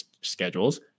schedules